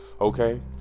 okay